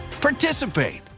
Participate